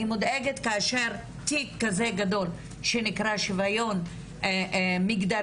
אני מודאגת כאשר תיק כזה גדול שנקרא שוויון מגדרי